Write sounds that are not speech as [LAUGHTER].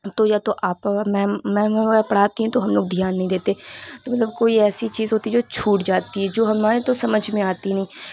تو یا تو آپا میم میم [UNINTELLIGIBLE] پڑھاتی ہیں تو ہم لوگ دھیان نہیں دیتے تو مطلب کوئی ایسی چیز ہوتی ہے جو چھوٹ جاتی ہے جو ہمارے تو سمجھ میں آتی نہیں